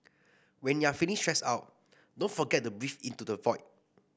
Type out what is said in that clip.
when you are feeling stressed out don't forget to breathe into the void